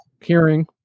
hearing